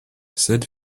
sed